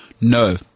no